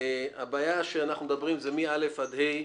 הבעיה שאנחנו מדברים עליה היא מ-(א) עד (ה),